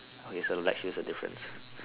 okay so black shoes are difference